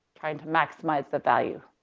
trying to maximize the value,